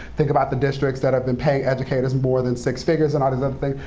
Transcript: think about the districts that have been paying educators more than six figures and all these other things,